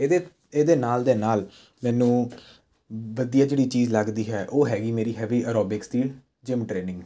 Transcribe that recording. ਇਹਦੇ ਇਹਦੇ ਨਾਲ ਦੀ ਨਾਲ ਮੈਨੂੰ ਵਧੀਆ ਜਿਹੜੀ ਚੀਜ਼ ਲੱਗਦੀ ਹੈ ਉਹ ਹੈਗੀ ਮੇਰੀ ਹੈਵੀ ਐਰੋਬਿਕਸ ਦੀ ਜਿੰਮ ਟਰੇਨਿੰਗ